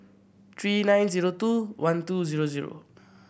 three nine zero two one two zero zero